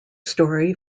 story